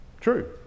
True